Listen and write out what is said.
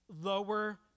lower